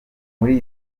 muri